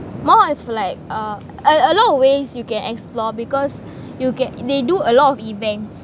more of like uh a a lot of ways you can explore because you get they do a lot of events